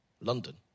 London